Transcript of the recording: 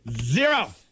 Zero